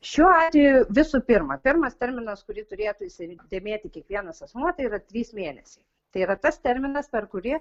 šiuo atveju visų pirma pirmas terminas kurį turėtų įsidėmėti kiekvienas asmuo tai yra trys mėnesiai tai yra tas terminas per kurį